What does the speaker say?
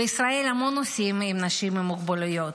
בישראל יש המון נושאים של אנשים עם מוגבלויות.